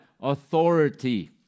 Authority